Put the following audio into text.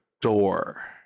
door